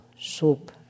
soup